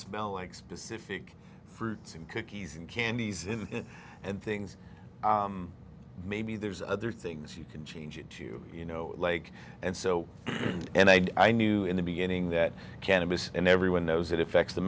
smell like specific fruits and cookies and candies and things maybe there's other things you can change it to you know leg and so and i knew in the beginning that cannabis and everyone knows it effects the